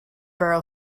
borrow